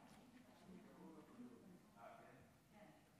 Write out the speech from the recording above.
תודה רבה,